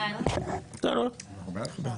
הצבעה אושרה.